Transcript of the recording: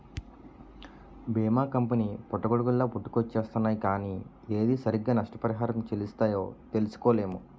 బీమా కంపెనీ పుట్టగొడుగుల్లాగా పుట్టుకొచ్చేస్తున్నాయ్ కానీ ఏది సరిగ్గా నష్టపరిహారం చెల్లిస్తాయో తెలుసుకోలేము